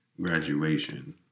Graduation